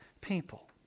people